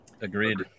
Agreed